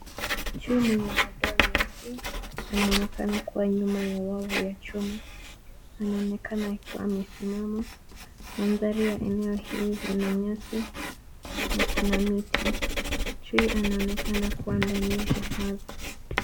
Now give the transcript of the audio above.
Chui mwenye madoa meusi anaonekana kuwa nyuma ya wavu ya chuma. Anaonekana akiwa amesimama. Mandhari ya eneo hii lina nyasi na kuna miti. Chui anaonekana kuwa ndani ya hifadhi.